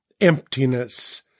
emptiness